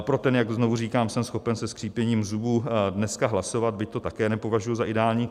Pro ten, jak znovu říkám, jsem schopen se skřípěním zubů dneska hlasovat, byť to také nepovažuji za ideální.